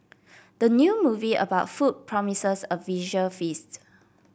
the new movie about food promises a visual feast